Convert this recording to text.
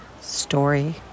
story